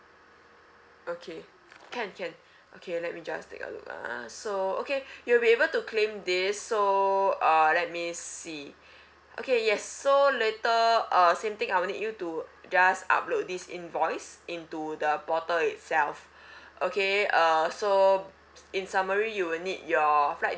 okay can can okay let me just take a look ah so okay you will be able to claim this so uh let me see okay yes so later uh same thing I will need you to just upload this invoice into the portal itself okay uh so in summary you will need your flight